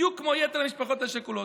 בדיוק כמו יתר המשפחות השכולות.